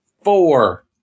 Four